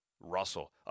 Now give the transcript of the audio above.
Russell